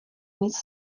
nic